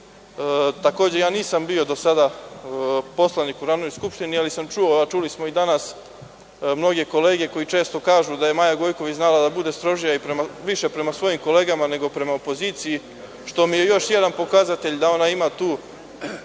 do sada nisam bio poslanik u Narodnoj skupštini, ali sam čuo, čuo sam i danas mnoge kolege kako često kažu da je Maja Gojković znala da bude strožija više prema svojim kolegama, nego prema opoziciji, što mi je još jedan pokazatelj da ona ima tu